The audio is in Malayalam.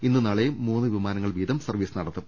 ഇന്നും നാളെയും മൂന്ന് വിമാനങ്ങൾ വീതം സർവ്വീസ് നടത്തും